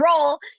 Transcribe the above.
role